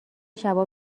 شبا